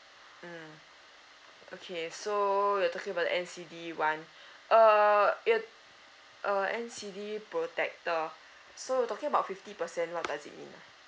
mm okay so you're talking about the N_C_D [one] err it uh N_C_D protector so you're talking about fifty percent what does it mean ah